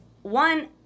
one